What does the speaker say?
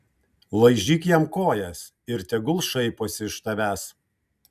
laižyk jam kojas ir tegul šaiposi iš tavęs